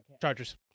Chargers